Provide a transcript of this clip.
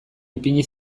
ipini